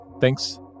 Thanks